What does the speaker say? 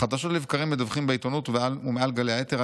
חדשות לבקרים מדווחים בעיתונות ומעל גלי האתר על